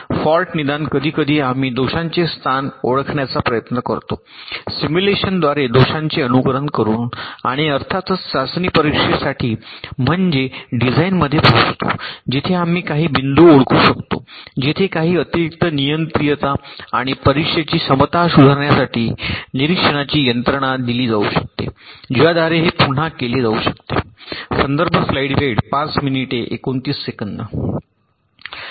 fault निदान कधीकधी आम्ही दोषांचे स्थान ओळखण्याचा प्रयत्न करतो सिम्युलेशनद्वारे दोषांचे अनुकरण करून आणि अर्थातच चाचणी परीक्षेसाठी म्हणजे डिझाइनमध्ये पोहोचतो जिथे आम्ही काही बिंदू ओळखू शकतो जेथे काही अतिरिक्त नियंत्रणीयता आणि परीक्षेची क्षमता सुधारण्यासाठी निरीक्षणाची यंत्रणा दिली जाऊ शकते ज्याद्वारे हे पुन्हा केले जाऊ शकते